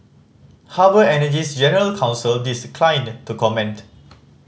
harbour Energy's general counsel declined to comment